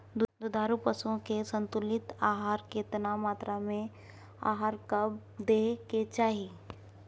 दुधारू पशुओं के संतुलित आहार केतना मात्रा में आर कब दैय के चाही?